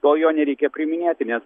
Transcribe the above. tol jo nereikia priiminėti nes